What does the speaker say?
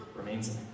Remains